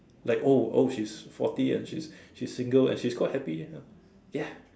like oh oh she's forty and she's she's single and she's quite happy eh ya